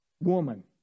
woman